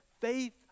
faith